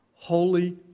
holy